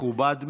מכובד מאוד.